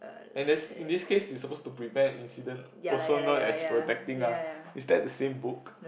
and there's in this case is supposed to prevent incident also known as protecting ah is that the same book